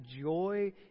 joy